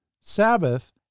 Sabbath